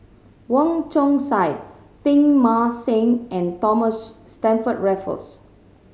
Wong Chong Sai Teng Mah Seng and Thomas Stamford Raffles